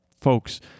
folks